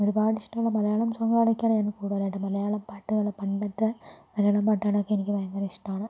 ഒരുപാട് ഇഷ്ടമുള്ള മലയാളം സോങ്ങുകൾ ഒക്കെ ആണ് ഞാൻ കൂടുതൽ ആയിട്ടും മലയാളം പാട്ടുകള് പണ്ടത്തെ മലയാളം പാട്ടുകൾ ഒക്കെ എനിക്ക് ഭയങ്കര ഇഷ്ടം ആണ്